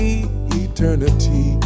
eternity